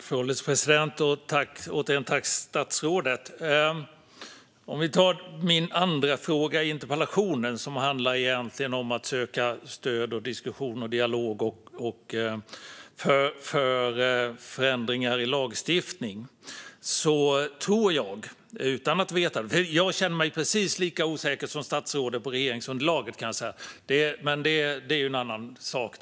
Fru ålderspresident! Min andra fråga i interpellationen handlar egentligen om att söka stöd, diskussion och dialog för att få till förändringar i lagstiftningen. Jag känner mig precis lika osäker som statsrådet när det gäller regeringsunderlaget, men det är en annan sak.